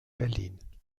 berlin